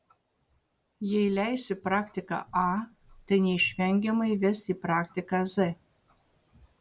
jei leisi praktiką a tai neišvengiamai ves į praktiką z